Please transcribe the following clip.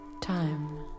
time